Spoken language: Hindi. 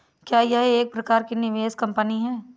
क्या यह एक प्रकार की निवेश कंपनी है?